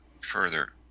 further